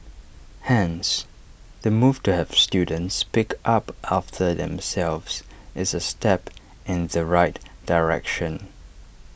hence the move to have students pick up after themselves is A step in the right direction